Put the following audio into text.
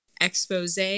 expose